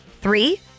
Three